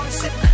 sit